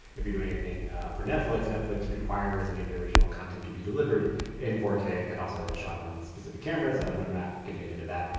if you're doing anything for netflix, netflix requires any of the original content to be delivered in four k and also shot on specific cameras but i'm not gonna get into that.